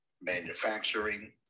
manufacturing